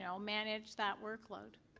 um manage that workload.